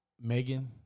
Megan